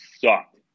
sucked